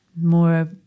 more